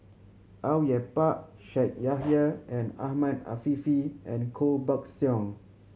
Au Yue Pak Shaikh Yahya and Ahmed Afifi and Koh Buck Song